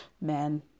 Men